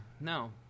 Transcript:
No